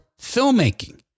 filmmaking